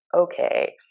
okay